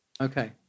Okay